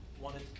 wanted